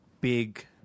big